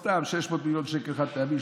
סתם: 600 מיליון שקל חד-פעמי,